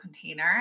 container